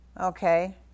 Okay